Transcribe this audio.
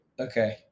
Okay